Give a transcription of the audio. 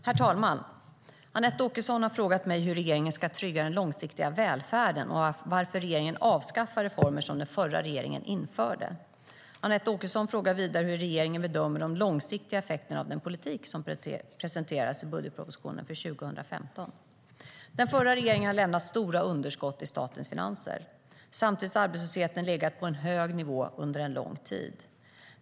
Herr talman! Anette Åkesson har frågat mig hur regeringen ska trygga den långsiktiga välfärden och varför regeringen avskaffar reformer som den förra regeringen införde. Anette Åkesson frågar vidare hur regeringen bedömer de långsiktiga effekterna av den politik som presenterades i budgetpropositionen för 2015. Den förra regeringen har lämnat stora underskott i statens finanser. Samtidigt har arbetslösheten legat på en hög nivå under en lång tid.